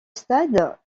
stade